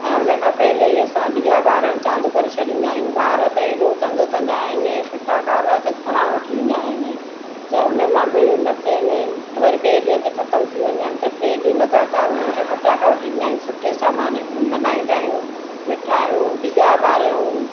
ऐं उन खां पहिले ई असां ॾीया ॿारनि चालू करे छॾींदा आहियूं ॿार त एॾो तंग कंदा आहिनि फटाका अलाए त घणा वठी ईंदा आहिनि त उन मां बि न थियनि वरी ॿिए ॾींहं ते ख़तम थी वञनि त टे ॾींहं लगातार उन्हनि खे फटाका वठी ॾींदा आहियूं सुठे सां मां मल्हाईंदा आहियूं मिठाइयूं ॾिया ॿारियूं